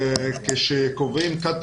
כשקובעים גיל,